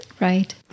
Right